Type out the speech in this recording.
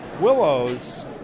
Willows